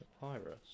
Papyrus